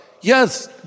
yes